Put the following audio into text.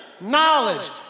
knowledge